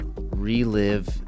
relive